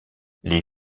les